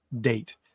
date